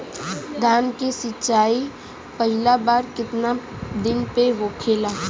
धान के सिचाई पहिला बार कितना दिन पे होखेला?